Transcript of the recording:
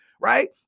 Right